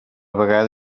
vegada